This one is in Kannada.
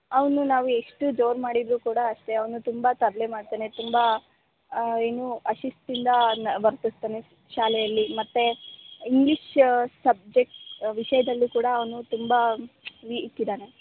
ಅವನು ನಾವು ಎಷ್ಟು ಜೋರು ಮಾಡಿದರೂ ಕೂಡ ಅಷ್ಟೇ ಅವನು ತುಂಬ ತರಲೆ ಮಾಡ್ತಾನೆ ತುಂಬ ಏನು ಅಶಿಸ್ತಿಂದ ನ ವರ್ತಿಸ್ತಾನೆ ಶಾಲೆಯಲ್ಲಿ ಮತ್ತು ಇಂಗ್ಲೀಷ್ ಸಬ್ಜೆಕ್ಟ್ ವಿಷಯದಲ್ಲೂ ಕೂಡ ಅವನು ತುಂಬ ವೀಕ್ ಇದ್ದಾನೆ